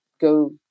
go